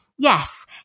Yes